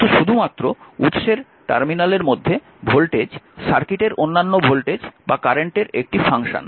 কিন্তু শুধুমাত্র উৎসের টার্মিনালের মধ্যে ভোল্টেজ সার্কিটের অন্যান্য ভোল্টেজ বা কারেন্টের একটি ফাংশন